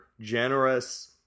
generous